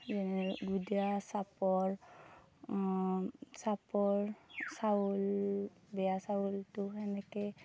গোদা চাপৰ চাপৰ চাউল বেয়া চাউলটো এনেকৈ